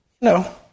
No